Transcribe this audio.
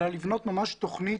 אלא לבנות תוכנית